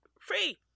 Free